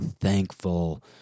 thankful